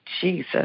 Jesus